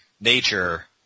nature